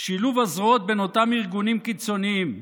שילוב הזרועות בין אותם ארגונים קיצוניים,